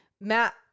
Matt